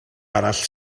arall